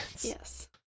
Yes